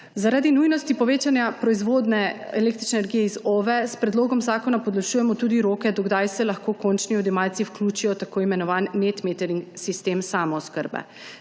Zaradi nujnosti povečanja proizvodnje električne energije iz OVE, s predlogom zakona podaljšujemo tudi roke, do kdaj se lahko končni odjemalci vključijo v tako imenovani net metering sistem samooskrbe.